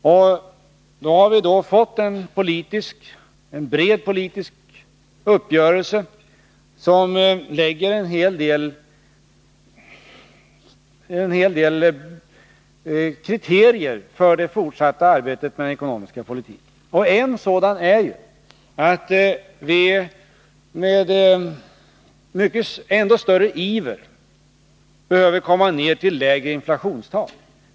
Vi har fått en bred politisk uppgörelse som skapar nya möjligheter men också ställer krav på den ekonomiska politiken. Ett sådant är att vi med än större iver behöver ta oss ner till lägre inflationstal.